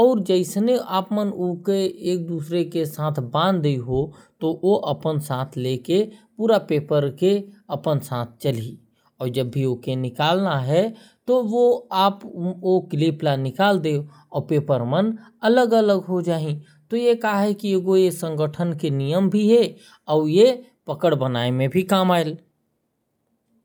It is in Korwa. और जैसने ओके बांध दिहा ओ सारा पेपर ला एक साथ लेकर चलेल। जैसने क्लिप ल निकाल दिहा पेपर मन अलग अलग हो जाहि।